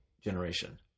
generation